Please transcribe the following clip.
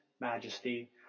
majesty